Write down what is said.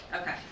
Okay